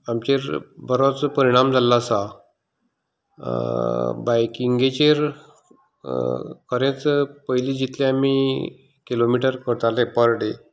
आमचेर बरोच परिणाम जाल्लो आसा बायकिंगेचेर खरेंच पयलीं जितले आमी किलोमीटर करताले पर डे